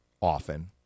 often